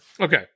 Okay